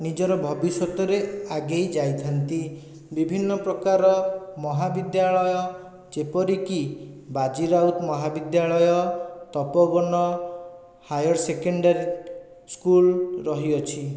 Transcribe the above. ନିଜର ଭବିଷ୍ୟତରେ ଆଗେଇ ଯାଇଥାନ୍ତି ବିଭିନ୍ନ ପ୍ରକାରର ମହାବିଦ୍ୟାଳୟ ଯେପରିକି ବାଜିରାଉତ ମହାବିଦ୍ୟାଳୟ ତପୋବନ ହାଇଅର ସେକେଣ୍ଡାରୀ ସ୍କୁଲ୍ ରହିଅଛି